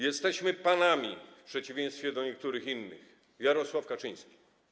Jesteśmy panami w przeciwieństwie do niektórych innych - Jarosław Kaczyński.